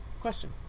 question